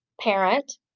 parent